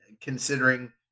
considering